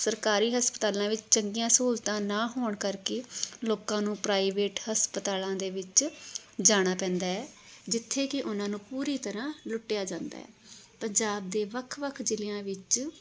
ਸਰਕਾਰੀ ਹਸਪਤਾਲਾਂ ਵਿੱਚ ਚੰਗੀਆਂ ਸਹੂਲਤਾਂ ਨਾ ਹੋਣ ਕਰਕੇ ਲੋਕਾਂ ਨੂੰ ਪ੍ਰਾਈਵੇਟ ਹਸਪਤਾਲਾਂ ਦੇ ਵਿੱਚ ਜਾਣਾ ਪੈਂਦਾ ਹੈ ਜਿੱਥੇ ਕਿ ਉਹਨਾਂ ਨੂੰ ਪੂਰੀ ਤਰ੍ਹਾਂ ਲੁੱਟਿਆ ਜਾਂਦਾ ਹੈ ਪੰਜਾਬ ਦੇ ਵੱਖ ਵੱਖ ਜ਼ਿਲ੍ਹਿਆਂ ਵਿੱਚ